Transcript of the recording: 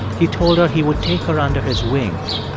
he told her he would take her under his wing,